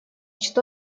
что